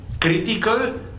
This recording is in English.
critical